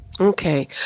Okay